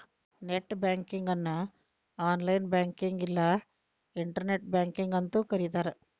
net banking ಅನ್ನು online ಬ್ಯಾಂಕಿಂಗ್ನ ಇಲ್ಲಾ ಇಂಟರ್ನೆಟ್ ಬ್ಯಾಂಕಿಂಗ್ ಅಂತೂ ಕರಿತಾರ